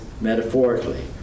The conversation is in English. metaphorically